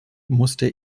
musste